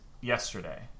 yesterday